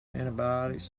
antibiotics